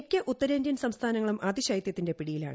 മിക്ക ഉത്തരേന്ത്യൻ സംസ്ഥാനങ്ങളും അതിശൈതൃത്തിന്റെ പിടിയിലാണ്